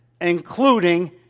including